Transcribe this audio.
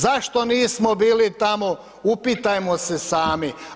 Zašto nismo bili tamo, upitajmo se sami?